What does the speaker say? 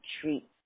treat